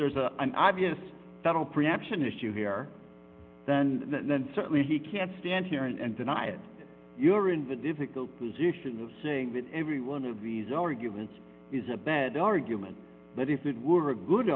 ere's a an obvious that will preemption issue here then then certainly he can't stand here and deny it you're in the difficult position of saying that every one of these arguments is a bad argument that if it were a good